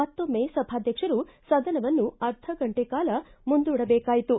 ಮತ್ತೊಮ್ನೆ ಸಭಾಧ್ಯಕ್ಷರು ಸದನವನ್ನು ಅರ್ಧ ಗಂಟೆ ಕಾಲ ಮುಂದೂಡ ಬೇಕಾಯಿತು